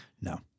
No